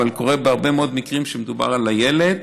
אבל זה קורה בהרבה מאוד מקרים כשמדובר בילד,